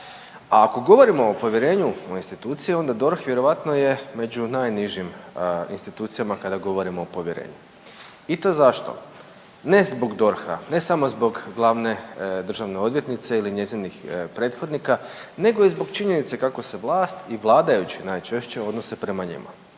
Ako govorimo o povjerenju u institucije onda DORH vjerojatno je među najnižim institucijama kada govorimo o povjerenju. I to zašto? Ne zbog DORH-a, ne samo zbog glavne državne odvjetnice ili njezinih prethodnika, nego i zbog činjenice kako se vlast i vladajući najčešće odnose prema njima.